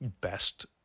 best